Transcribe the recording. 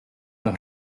dos